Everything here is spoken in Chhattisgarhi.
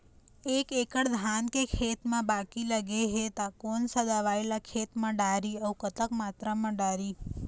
एक एकड़ धान के खेत मा बाकी लगे हे ता कोन सा दवई ला खेत मा डारी अऊ कतक मात्रा मा दारी?